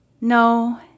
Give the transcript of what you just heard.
No